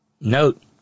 note